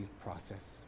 process